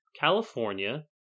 California